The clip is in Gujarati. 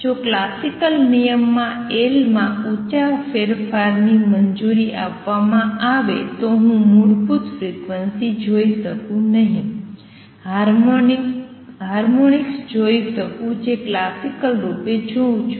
જો ક્લાસિકલ નિયમ માં l માં ઉંચા ફેરફારની મંજૂરી આપવામાં આવે તો હું મૂળભૂત ફ્રિક્વન્સી જોઈ શકું નહીં હાર્મોનિક્સ જોઈ શકું જે હું ક્લાસિકલ રૂપે જોઉં છું